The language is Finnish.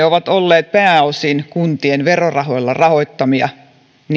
ovat olleet pääosin kuntien verorahoilla rahoittamia